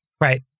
right